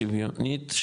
שוויונית,